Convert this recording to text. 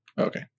okay